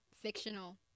fictional